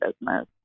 business